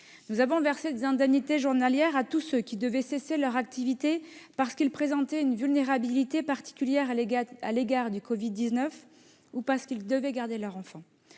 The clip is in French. Nous avons versé des indemnités journalières à tous ceux qui devaient cesser leur activité, parce qu'ils présentaient une vulnérabilité particulière à l'égard du Covid-19 ou parce qu'ils devaient garder leurs enfants.